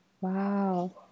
Wow